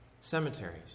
Cemeteries